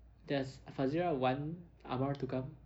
does fazirah want amar to come